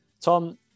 Tom